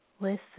listen